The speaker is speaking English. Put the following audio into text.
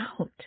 out